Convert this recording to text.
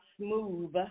smooth